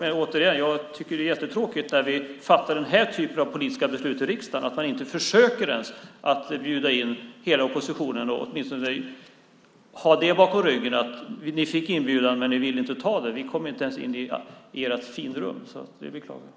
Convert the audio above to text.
Men, återigen, jag tycker att det är jättetråkigt att man, när vi fattar den här typen av politiska beslut i riksdagen, inte ens försöker bjuda in hela oppositionen. Då kunde ni åtminstone ha detta bakom ryggen att vi fick inbjudan men inte ville ta den. Vi kom ju inte ens in i ert finrum, och det beklagar jag.